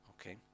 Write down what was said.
okay